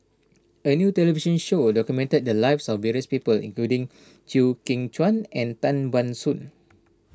a new television show documented the lives of various people including Chew Kheng Chuan and Tan Ban Soon